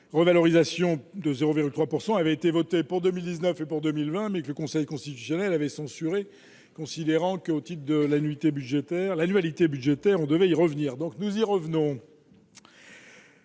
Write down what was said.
la revalorisation de 0,3 pourcent avait été voté pour 2019, et pour 2020, mais que le Conseil constitutionnel avait censuré, considérant que, au titre de l'annuité budgétaire l'annualité budgétaire, on devait y revenir, donc nous y revenons.